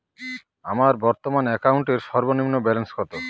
আমার বর্তমান অ্যাকাউন্টের সর্বনিম্ন ব্যালেন্স কত?